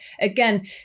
again